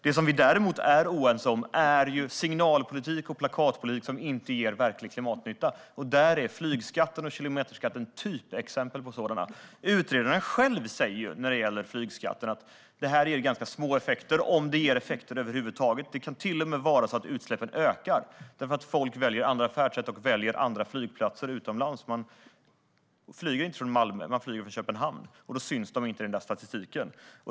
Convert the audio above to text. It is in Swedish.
Det vi däremot är oense om är signalpolitik och plakatpolitik som inte ger verklig klimatnytta. Flygskatten och kilometerskatten är typexempel på sådant. Utredaren själv säger om flygskatten att den ger ganska små effekter - om den ger effekter över huvud taget. Det kan till och med vara så att utsläppen ökar därför att folk väljer andra färdsätt och väljer andra flygplatser, utomlands. Man flyger inte från Malmö utan från Köpenhamn, och då syns resan inte i statistiken.